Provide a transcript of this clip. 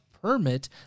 Permit